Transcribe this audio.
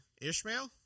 Ishmael